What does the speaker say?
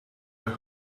your